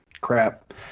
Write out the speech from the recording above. Crap